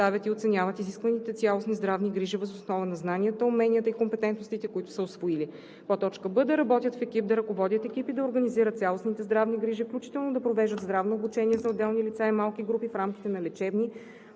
предоставят и оценяват изискваните цялостни здравни грижи въз основа на знанията, уменията и компетентностите, които са усвоили; б) да работят в екип, да ръководят екип и да организират цялостните здравни грижи, включително да провеждат здравно обучение за отделни лица и малки групи в рамките на лечебни/здравни